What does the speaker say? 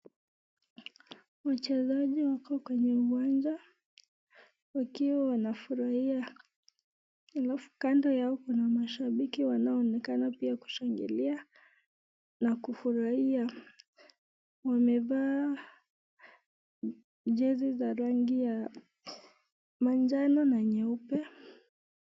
Wachezaji wako kwenye uwanja wakiwa wanafurahia, alafu kando yao kuna mashabiki wanonekana pia kushangilia na kufurahia, wamevaa jezi za rangi ya manjano na nyeupe.